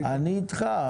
אני איתך,